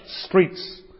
Streets